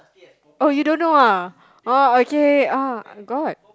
oh you don't know ah oh okay ah got